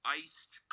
iced